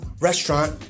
restaurant